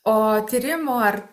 o tyrimų ar